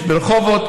יש ברחובות,